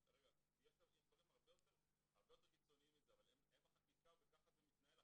יש דברים הרבה יותר קיצוניים מזה אבל ככה זה החקיקה וככה זה מתנהל.